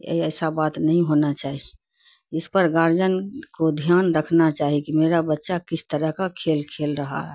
یہ ایسا بات نہیں ہونا چاہیے اس پر گارجن کو دھیان رکھنا چاہیے کہ میرا بچہ کس طرح کا کھیل کھیل رہا ہے